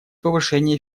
повышения